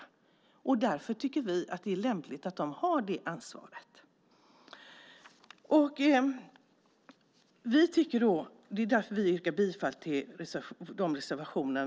Därför är det lämpligt att de har det ansvaret. Det är därför vi yrkar bifall till våra reservationer.